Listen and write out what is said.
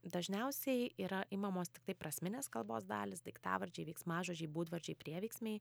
dažniausiai yra imamos tiktai prasminės kalbos dalys daiktavardžiai veiksmažodžiai būdvardžiai prieveiksmiai